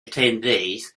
attendees